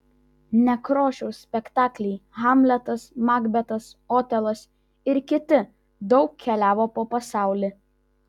nekrošiaus spektakliai hamletas makbetas otelas ir kiti daug keliavo po pasaulį